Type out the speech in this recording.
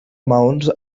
maons